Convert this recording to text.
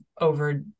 over